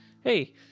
hey